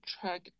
track